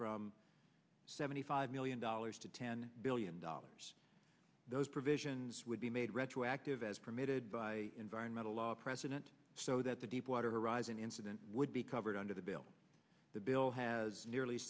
from seventy five million dollars to ten billion dollars those provisions would be made retroactive as permitted by environmental law president so that the deepwater horizon incident would be covered under the bill the bill has nearly